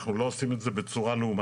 אנחנו לא עושים את זה בצורה לאומית,